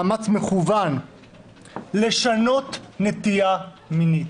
מאמץ מכוון לשנות נטייה מינית.